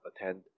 attend